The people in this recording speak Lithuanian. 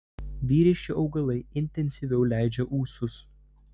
vyriški augalai intensyviau leidžia ūsus